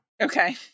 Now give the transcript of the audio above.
okay